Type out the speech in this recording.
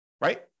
right